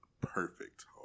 perfect